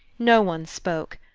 no one spoke.